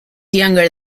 younger